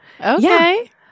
Okay